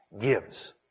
gives